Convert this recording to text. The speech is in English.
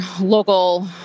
local